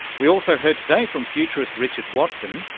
we also heard today from futurist richard watson,